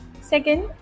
Second